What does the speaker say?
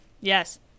Yes